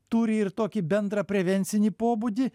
turi ir tokį bendrą prevencinį pobūdį